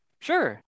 sure